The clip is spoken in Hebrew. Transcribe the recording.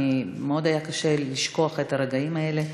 מאוד היה קשה לי לשכוח את הרגעים האלה,